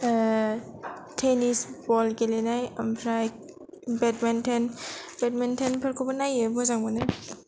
tennis ball गेलेनाय आमफ्राय badminton badminton फोरखौबो नायो मोजां मोनो